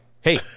hey